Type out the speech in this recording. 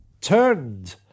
turned